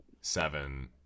Seven